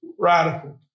radical